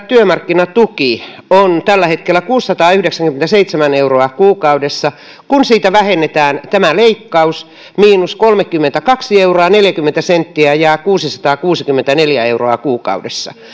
työmarkkinatuki on tällä hetkellä kuusisataayhdeksänkymmentäseitsemän euroa kuukaudessa kun siitä vähennetään tämä leikkaus miinus kolmekymmentäkaksi euroa neljäkymmentä senttiä jää kuusisataakuusikymmentäneljä euroa kuukaudessa